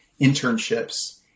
internships